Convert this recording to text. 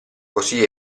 così